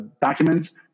documents